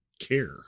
care